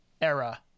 era